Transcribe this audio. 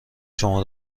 شما